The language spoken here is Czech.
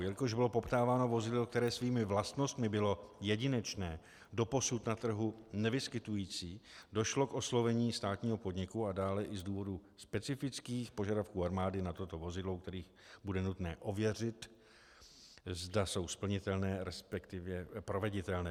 Jelikož bylo poptáváno vozidlo, které svými vlastnostmi bylo jedinečné, doposud se na trhu nevyskytující, došlo k oslovení státního podniku, a dále i z důvodu specifických požadavků armády na toto vozidlo, u kterých bude nutno ověřit, zda jsou splnitelné, respektive proveditelné.